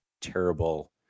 terrible